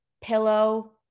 pillow